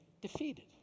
defeated